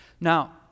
Now